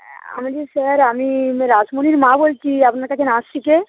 আমি স্যার আমি রাসমণির মা বলছি আপনার কাছে নাচ শেখে